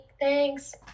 Thanks